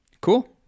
Cool